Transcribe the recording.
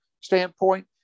standpoint